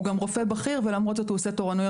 הוא גם רופא בכיר ולמרות זאת הוא עושה תורנויות